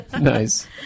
Nice